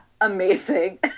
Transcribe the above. amazing